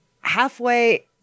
halfway